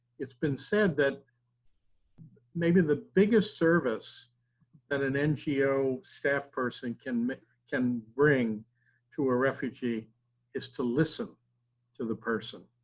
it's been said that maybe the biggest service that an ngo staff person can can bring to a refugee is to listen to the person,